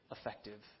effective